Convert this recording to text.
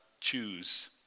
choose